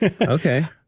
Okay